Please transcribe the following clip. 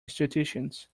institutions